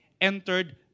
entered